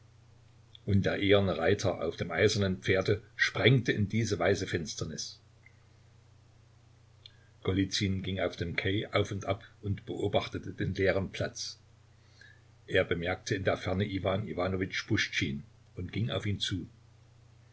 und der eherne reiter auf dem eisernen pferde sprengte in diese weiße finsternis golizyn ging auf dem quai auf und ab und beobachtete den leeren platz er bemerkte in der ferne iwan iwanowitsch puschtschin und ging auf ihn zu